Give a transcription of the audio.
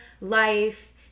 life